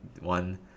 one